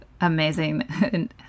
amazing